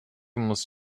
muss